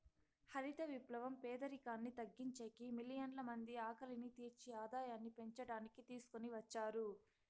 హరిత విప్లవం పేదరికాన్ని తగ్గించేకి, మిలియన్ల మంది ఆకలిని తీర్చి ఆదాయాన్ని పెంచడానికి తీసుకొని వచ్చారు